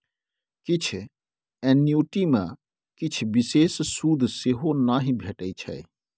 किछ एन्युटी मे किछ बिषेश सुद सेहो नहि भेटै छै